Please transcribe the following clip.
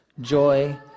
joy